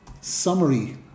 summary